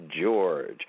George